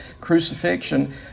crucifixion